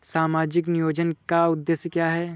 सामाजिक नियोजन का उद्देश्य क्या है?